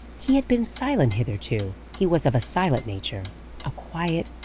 he had been silent hitherto he was of a silent nature a quiet,